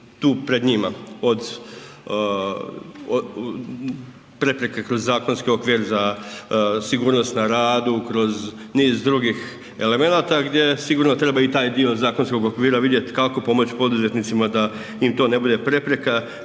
tu pred njima, prepreke kroz zakonski okvir za sigurnost na radu, kroz niz drugih elemenata gdje sigurno treba i taj dio zakonskog okvira vidjeti kako pomoći poduzetnicima da im to ne bude prepreka,